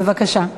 בבקשה.